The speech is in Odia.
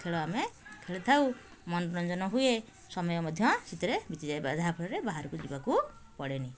ଖେଳ ଆମେ ଖେଳିଥାଉ ମନୋରଞ୍ଜନ ହୁଏ ସମୟ ମଧ୍ୟ ସେଥିରେ ବିତିଯାଏ ଯାହାଫଳରେ ବାହାରକୁ ଯିବାକୁ ପଡ଼େନି